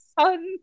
sun